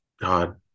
God